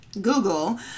Google